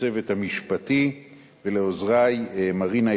לצוות המשפטי ולעוזרי מרינה,